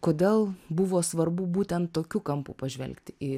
kodėl buvo svarbu būtent tokiu kampu pažvelgti į